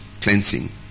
cleansing